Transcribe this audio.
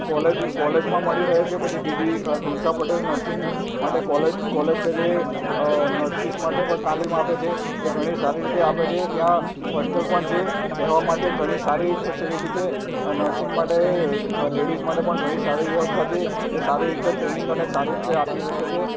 college કોલેજમાં મળી રહે છે પછી ડીડી દિનશા પટેલ નર્સિંગ માટે કોલેજ કોલેજ છે જે નર્સિસ માટે પણ તાલીમ આપે છે જે ઘણી સારી રીતે આપે છે ત્યાં હોસ્ટેલ પણ છે રહેવા માટે ઘણી સારી ફેસિલિટી છે નર્સિંગ માટે લેડીઝ માટે પણ ઘણી સારી વ્યવસ્થા છે એ સારી રીતે ટ્રેનિંગ અને સારી રીતે આપી શકે છે